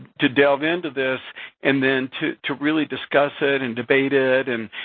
to delve into this and then to to really discuss it and debate it, and